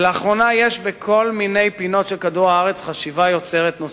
לאחרונה יש בכל מיני פינות של כדור-הארץ חשיבה יוצרת נוספת,